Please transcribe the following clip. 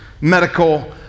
medical